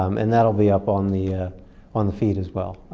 um and that'll be up on the on the feed as well.